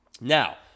Now